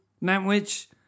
Nantwich